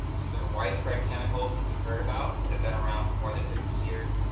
these are widespread chemicals, as you heard about, that had been around for more than fifty years,